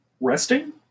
resting